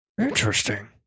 interesting